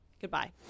Goodbye